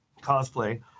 cosplay